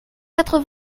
quatre